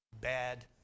bad